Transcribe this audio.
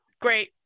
great